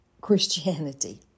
Christianity